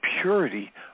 purity